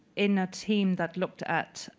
in a team that looked at